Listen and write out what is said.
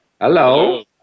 Hello